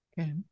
Okay